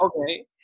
okay